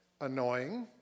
annoying